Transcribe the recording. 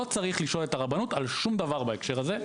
לא צריך לשאול את הרבנות על שום דבר בהקשר הזה.